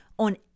on